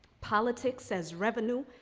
politics as revenue,